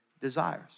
desires